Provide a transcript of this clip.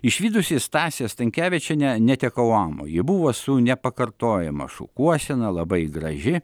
išvydusi stasę stankevičienę netekau amo ji buvo su nepakartojama šukuosena labai graži